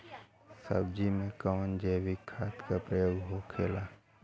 सब्जी में कवन जैविक खाद का प्रयोग होखेला?